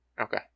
Okay